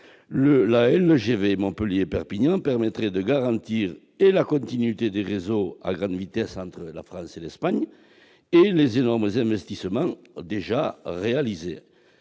La LGV Montpellier-Perpignan permettrait de garantir tant la continuité des réseaux à grande vitesse entre la France et l'Espagne que les énormes investissements déjà réalisés.